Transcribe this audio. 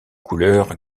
couleurs